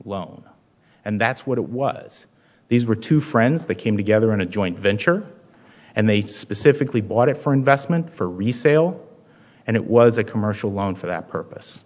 loan and that's what it was these were two friends that came together in a joint venture and they specifically bought it for investment for resale and it was a commercial loan for that purpose